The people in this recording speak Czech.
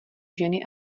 ženy